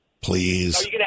please